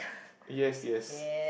yes yes